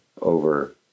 over